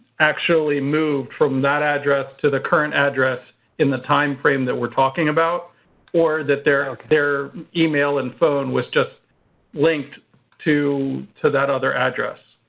actually moved from that address to the current address in the timeframe that we're talking about or that their their email and phone was just linked to to that other address.